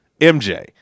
MJ